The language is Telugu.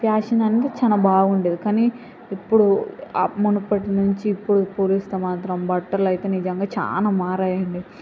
ఫ్యాషన్ అనేది చాలా బాగుండేది కానీ ఇప్పుడు మునుపటి నుంచి ఇప్పుడు పోలిస్తే మాత్రం బట్టలు అయితే నిజంగా చాలా మారాయి అండి